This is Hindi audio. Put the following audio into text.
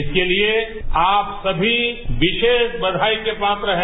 इसके लिए आपसभी विशेष बधाई के पात्र हैं